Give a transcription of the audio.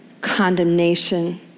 condemnation